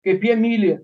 kaip jie myli